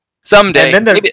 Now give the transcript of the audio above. someday